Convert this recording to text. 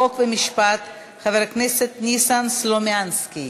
חוק ומשפט חבר הכנסת ניסן סלומינסקי.